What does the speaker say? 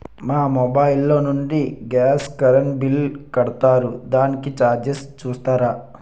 మా మొబైల్ లో నుండి గాస్, కరెన్ బిల్ కడతారు దానికి చార్జెస్ చూస్తారా?